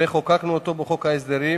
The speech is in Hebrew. חוקקנו אותו בחוק ההסדרים